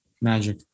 Magic